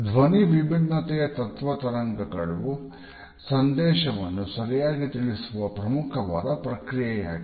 ಧ್ವನಿ ವಿಭಿನ್ನತೆಯ ತತ್ವ ತರಂಗಗಳು ತರಂಗಗಳು ಸಂದೇಶವನ್ನು ಸರಿಯಾಗಿ ತಿಳಿಸುವ ಪ್ರಮುಖವಾದ ಪ್ರಕ್ರಿಯೆಯಾಗಿದೆ